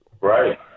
Right